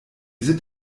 sind